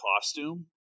costume